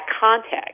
context